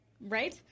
right